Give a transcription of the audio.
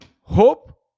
Hope